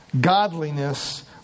godliness